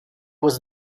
was